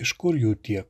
iš kur jų tiek